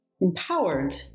empowered